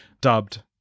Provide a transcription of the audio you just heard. dubbed